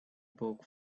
book